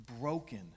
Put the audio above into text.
broken